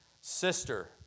sister